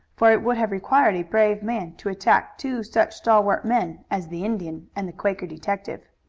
for it would have required a brave man to attack two such stalwart men as the indian and the quaker detective.